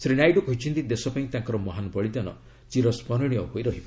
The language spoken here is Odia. ଶ୍ରୀ ନାଇଡୁ କହିଛନ୍ତି ଦେଶ ପାଇଁ ତାଙ୍କର ମହାନ ବଳିଦାନ ଚିରସ୍କରଣୀୟ ହୋଇ ରହିବ